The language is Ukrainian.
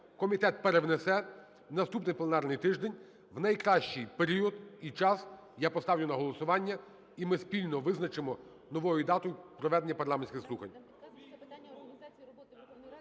комітет перевнесе на наступний пленарний тиждень, в найкращий період і час я поставлю на голосування, і ми спільно визначимо нову дату проведення парламентських слухань.